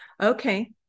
okay